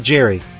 Jerry